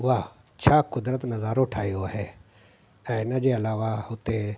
वाह छा कुदरत नज़ारो ठाहियो आहे ऐं हिन जे अलावा हुते